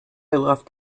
left